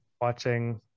watching